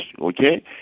okay